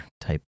type